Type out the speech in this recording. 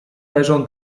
leżą